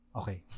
okay